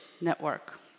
network